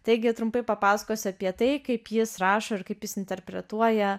taigi trumpai papasakosiu apie tai kaip jis rašo ir kaip jis interpretuoja